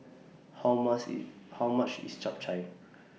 How much IS How much IS Chap Chai